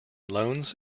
loans